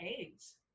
AIDS